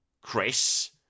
Chris